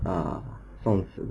ah 讽刺